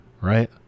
Right